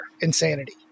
insanity